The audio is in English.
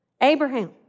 Abraham